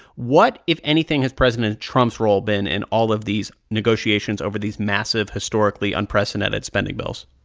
what, if anything, has president trump's role been in all of these negotiations over these massive, historically unprecedented spending bills?